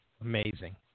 Amazing